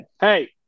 hey